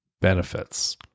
benefits